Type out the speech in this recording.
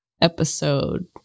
episode